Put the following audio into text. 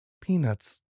Peanuts